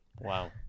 Wow